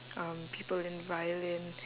um people in violin